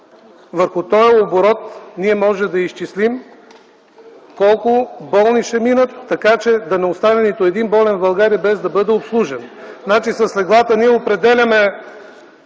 Върху този оборот можем да изчислим колко болни ще минат, така че да не остане нито един болен в България, без да бъде обслужен. С леглата ние определяме